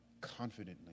confidently